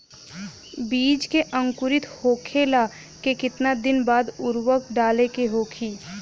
बिज के अंकुरित होखेला के कितना दिन बाद उर्वरक डाले के होखि?